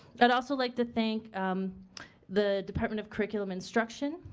i'd also like to thank the department of curriculum instruction,